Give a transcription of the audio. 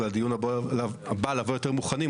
ולדיון הבא נבוא יותר מוכנים,